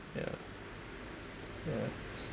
yeah yeah